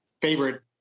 favorite